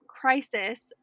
crisis